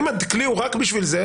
אם הכלי הוא רק בשביל זה,